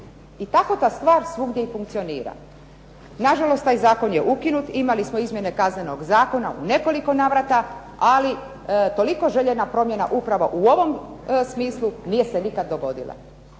I tako ta stvar svugdje i funkcionira. Na žalost taj zakon je ukinut. Imali smo izmjene Kaznenog zakona u nekoliko navrata, ali toliko željena promjena upravo u ovom smislu nije se nikad dogodila.